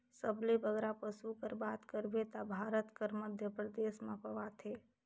सबले बगरा पसु कर बात करबे ता भारत कर मध्यपरदेस में पवाथें